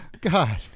God